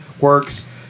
works